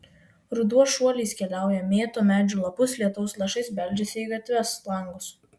ruduo šuoliais keliauja mėto medžių lapus lietaus lašais beldžiasi į gatves langus